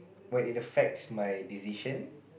well it affects my decision